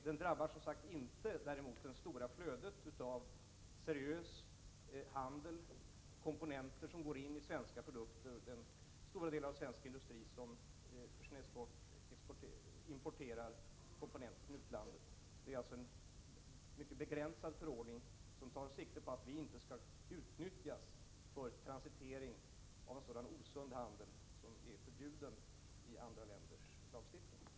Den drabbar som sagt däremot inte det stora flödet av seriös handel med t.ex. import av komponenter som går in till svensk industri för tillverkning av exportprodukter. Förordningen tar alltså sikte på att Sverige inte skall kunna utnyttjas för transitering och sådan osund handel som är förbjuden i andra länders lagstiftning.